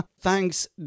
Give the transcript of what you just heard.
Thanks